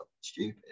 stupid